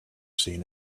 seen